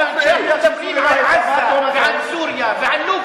מדברים על עזה ועל סוריה ועל סוריה ועל לוב,